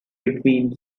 between